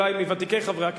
אולי מוותיקי חברי הכנסת.